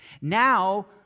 Now